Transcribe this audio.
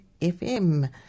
FM